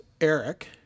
Eric